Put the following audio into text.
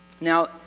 Now